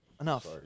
Enough